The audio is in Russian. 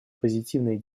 позитивной